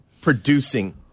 producing